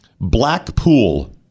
Blackpool